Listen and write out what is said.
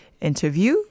interview